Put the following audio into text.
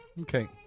Okay